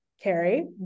Carrie